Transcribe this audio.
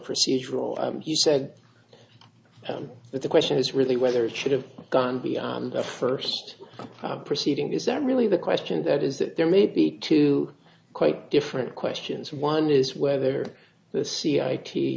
procedural he said but the question is really whether it should have gone beyond the first proceeding is that really the question that is that there may be two quite different questions one is whether the c i t